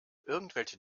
irgendwelche